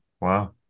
Wow